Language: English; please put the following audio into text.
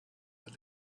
were